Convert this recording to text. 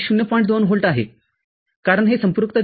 २ volt आहे कारण हे संपृक्ततेत आहे